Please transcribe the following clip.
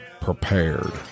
prepared